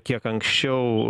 kiek anksčiau